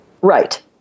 Right